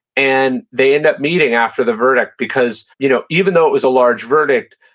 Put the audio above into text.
and they end up meeting after the verdict because you know even though it was a large verdict,